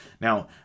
Now